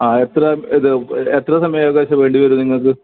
ആ എത്ര ഇത് എത്ര സമയം ഏകദേശം വേണ്ടിവരും നിങ്ങൾക്ക്